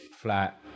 flat